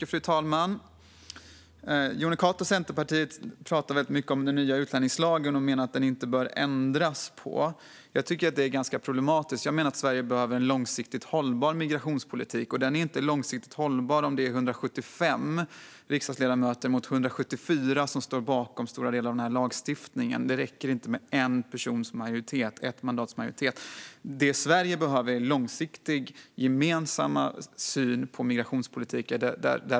Fru talman! Jonny Cato från Centerpartiet pratar väldigt mycket om den nya utlänningslagen och menar att den inte bör ändras. Jag tycker att det är ganska problematiskt. Jag menar att Sverige behöver en långsiktigt hållbar migrationspolitik, och den är inte långsiktigt hållbar om det är 175 riksdagsledamöter mot 174 som står bakom stora delar av lagstiftningen. Det räcker inte med ett mandats majoritet. Det Sverige behöver är en långsiktig, gemensam syn på migrationspolitik.